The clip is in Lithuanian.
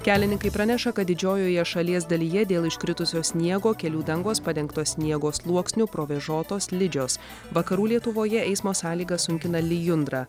kelininkai praneša kad didžiojoje šalies dalyje dėl iškritusio sniego kelių dangos padengtos sniego sluoksniu provėžotos slidžios vakarų lietuvoje eismo sąlygas sunkina lijundra